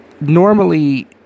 ...normally